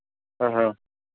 ఆహా